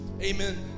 Amen